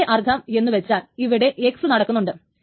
അതിന്റെ അർത്ഥം എന്നു വച്ചാൽ ഇവിടെ X നടക്കുന്നുണ്ട്